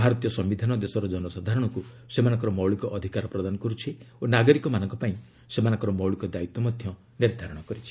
ଭାରତୀୟ ସମ୍ଭିଧାନ ଦେଶର ଜନସାଧାରଣଙ୍କୁ ସେମାନଙ୍କର ମୌଳିକ ଅଧିକାର ପ୍ରଦାନ କରୁଛି ଓ ନାଗରିକମାନଙ୍କ ପାଇଁ ସେମାନଙ୍କର ମୌଳିକ ଦାୟିତ୍ୱ ମଧ୍ୟ ନିର୍ଦ୍ଧାରଣ କରିଛି